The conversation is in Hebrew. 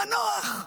מנוח,